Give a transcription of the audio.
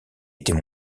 était